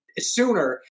sooner